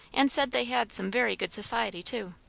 and said they had some very good society too.